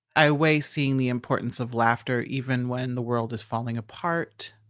i weigh seeing the importance of laughter even when the world is falling apart.